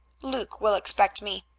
luke will expect me.